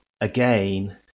again